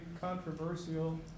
controversial